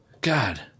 God